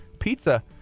pizza